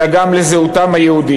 אלא גם על זהותם היהודית.